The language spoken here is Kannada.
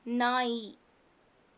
ನಾಯಿ